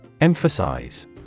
Emphasize